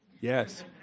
Yes